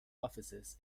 offices